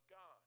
God